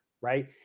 right